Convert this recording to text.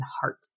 heart